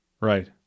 right